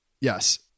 Yes